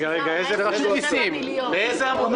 אדוני היושב-ראש,